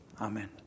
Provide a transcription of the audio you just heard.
Amen